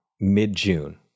mid-June